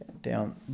down